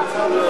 בסדר.